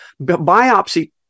biopsy